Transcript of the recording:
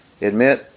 Admit